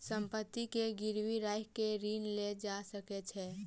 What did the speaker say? संपत्ति के गिरवी राइख के ऋण लेल जा सकै छै